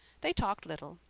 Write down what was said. they talked little,